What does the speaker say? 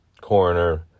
coroner